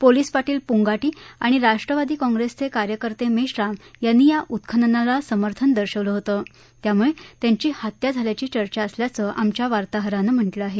police Patil Pungati आणि राष्ट्रवादी काँप्रेसचे कार्यकर्ते मेश्राम यांनी या उत्खननाला समर्थन दर्शवलं होतं त्यामुळे त्यांची हत्या झाल्याची चर्चा असल्याचं आमच्या वार्ताहरानं म्हटलं आहे